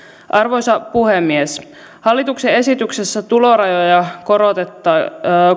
arvoisa puhemies hallituksen esityksessä tulorajoja korotettaisiin